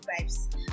vibes